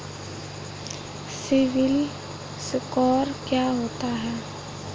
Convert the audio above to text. CIBIL score क्या होता है?